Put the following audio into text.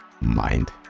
mind